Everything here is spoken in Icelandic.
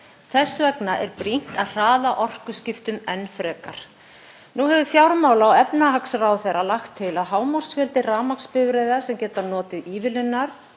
Þess vegna er brýnt að hraða orkuskiptum enn frekar. Nú hefur fjármála- og efnahagsráðherra lagt til að hámarksfjöldi rafmagnsbifreiða sem geta notið ívilnunar